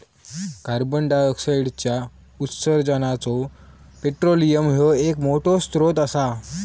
कार्बंडाईऑक्साईडच्या उत्सर्जानाचो पेट्रोलियम ह्यो एक मोठो स्त्रोत असा